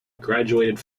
graduated